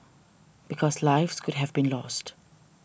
because lives could have been lost